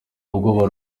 ubwoba